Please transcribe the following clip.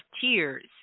tears